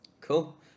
Cool